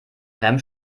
rem